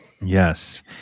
Yes